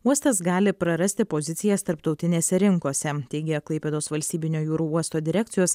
uostas gali prarasti pozicijas tarptautinėse rinkose teigė klaipėdos valstybinio jūrų uosto direkcijos